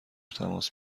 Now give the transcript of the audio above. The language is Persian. تماس